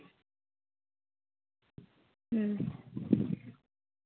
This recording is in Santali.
ᱦᱩᱸ